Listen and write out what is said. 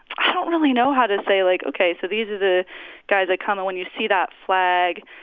i don't really know how to say like, ok, so these are the guys that come and when you see that flag,